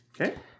Okay